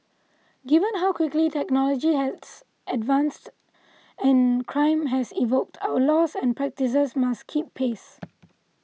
given how quickly technology has advanced and crime has evolved our laws and practices must keep pace